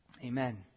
Amen